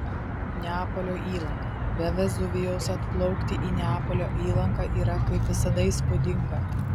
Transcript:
neapolio įlanka be vezuvijaus atplaukti į neapolio įlanką yra kaip visada įspūdinga